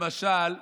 למשל,